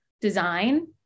design